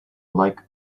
like